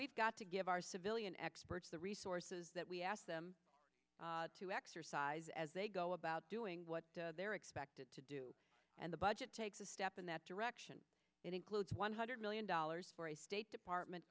we've got to give our civilian experts the resources that we ask them to exercise as they go about doing what they're expected to do and the budget takes a step in that direction includes one hundred million dollars for a state department